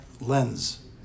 lens